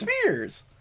Spears